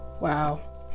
Wow